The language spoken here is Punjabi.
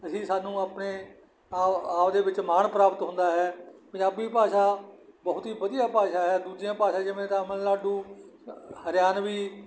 ਅਸੀਂ ਸਾਨੂੰ ਆਪਣੇ ਆਪ ਆਪ ਦੇ ਵਿੱਚ ਮਾਣ ਪ੍ਰਾਪਤ ਹੁੰਦਾ ਹੈ ਪੰਜਾਬੀ ਭਾਸ਼ਾ ਬਹੁਤ ਹੀ ਵਧੀਆ ਭਾਸ਼ਾ ਹੈ ਦੂਜੀਆਂ ਭਾਸ਼ਾ ਜਿਵੇਂ ਤਮਿਲਨਾਡੂ ਹਰਿਆਣਵੀ